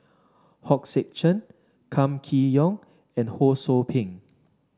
Hong Sek Chern Kam Kee Yong and Ho Sou Ping